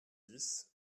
dix